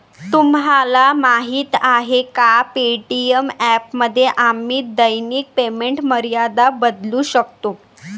तुम्हाला माहीत आहे का पे.टी.एम ॲपमध्ये आम्ही दैनिक पेमेंट मर्यादा बदलू शकतो?